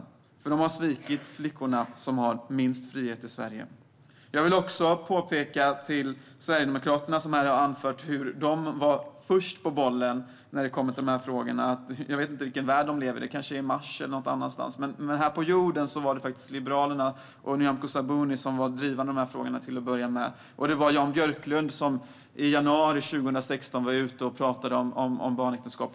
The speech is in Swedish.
De har nämligen svikit de flickor i Sverige som har minst frihet. Jag vill också vända mig till Sverigedemokraterna, som här har talat om att de var först på bollen när det gäller dessa frågor. Jag vet inte vilken värld de lever i - kanske på Mars - men här på jorden var det faktiskt Liberalerna och Nyamko Sabuni som var drivande i dessa frågor till att börja med. Det var Jan Björklund som i januari 2016 var ute och talade om barnäktenskap.